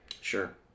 sure